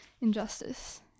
injustice